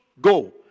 go